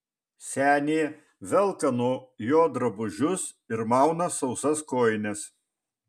senė velka nuo jo drabužius ir mauna sausas kojines